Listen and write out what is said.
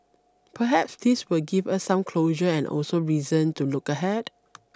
perhaps this will give us some closure and also reason to look ahead